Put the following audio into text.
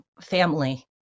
family